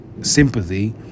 sympathy